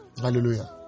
Hallelujah